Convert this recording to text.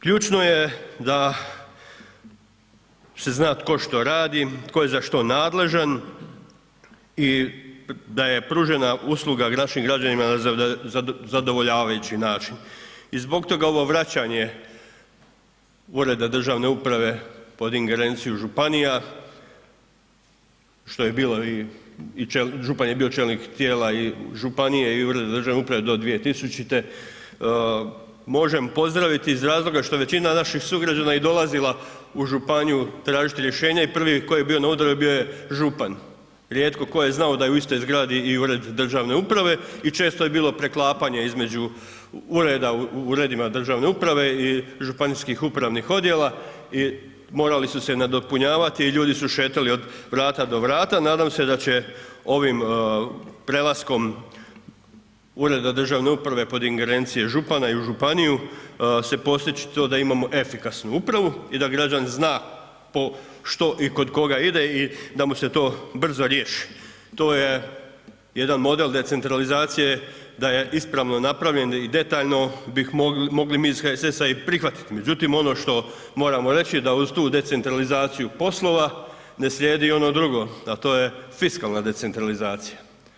Ključno je da se zna tko što radi, tko je za što nadležan i da je pružena usluga našim građanima na zadovoljavajući način i zbog toga ovo vraćanje ureda državne uprave pod ingerenciju županija, što je bilo i, župan je bio čelnik tijela i županije i ureda državne uprave do 2000., možemo pozdraviti iz razloga što je većina naših sugrađana i dolazila u županiju tražiti rješenja i prvi koji je bio na udaru, bio je župan, rijetko tko je znao da je u istoj zgradi i ured državne uprave i često je bilo preklapanje između ureda u uredima državne uprave i županijskih upravnih odjela i morali su se nadopunjavati i ljudi su šetali od vrata do vrata, nadam se da će ovim prelaskom ureda državne uprave pod ingerencije župana i županiju se postići to da imamo efikasnu upravu i da građan zna po što i kod koga ide i da mu se to brzo riješi, to je jedan model decentralizacije da je ispravno napravljen i detaljno bih mogli mi iz HSS-a i prihvatit, međutim, ono što moramo reći da uz tu decentralizaciju poslova ne slijedi ono drugo, a to je fiskalna decentralizacija.